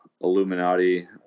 Illuminati